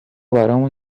برامون